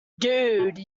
dude